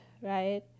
right